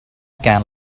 can